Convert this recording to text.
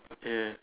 ya